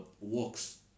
works